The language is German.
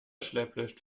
schlepplift